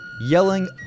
yelling